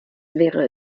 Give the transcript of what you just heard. wäre